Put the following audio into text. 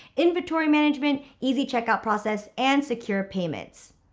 inventory management, easy checkout process and secure payments.